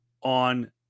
on